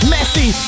Messy